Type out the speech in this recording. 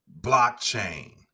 blockchain